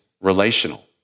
relational